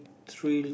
thrill